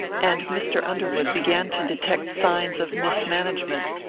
and mr. underwood began to detect signs of mismanagement.